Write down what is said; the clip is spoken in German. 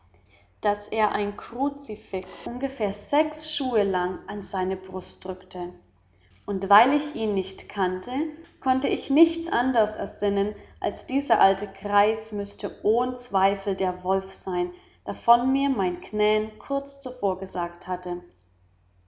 daß er ein kruzifix ungefähr sechs schuhe lang an seine brust druckte und weil ich ihn nicht kannte konnte ich nichts anders ersinnen als dieser alte greis müßte ohn zweifel der wolf sein davon mir mein knän kurz zuvor gesagt hatte